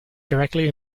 directly